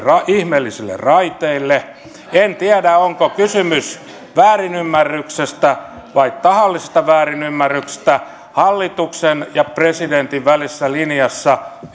ihmeellisille raiteille en tiedä onko kysymys väärinymmärryksestä vai tahallisesta väärinymmärryksestä hallituksen ja presidentin välisessä linjassa